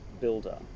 builder